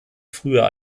früher